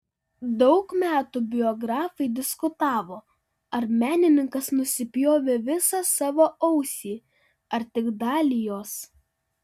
daug metų biografai diskutavo ar menininkas nusipjovė visą savo ausį ar tik dalį jos